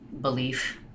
belief